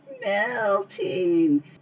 melting